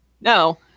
no